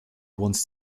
wants